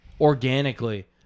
organically